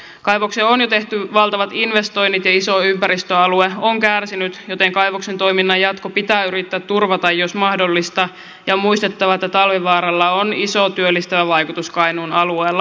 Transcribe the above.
kaivokseen on jo tehty valtavat investoinnit ja iso ympäristöalue on kärsinyt joten kaivoksen toiminnan jatko pitää yrittää turvata jos mahdollista ja on muistettava että talvivaaralla on iso työllistävä vaikutus kainuun alueella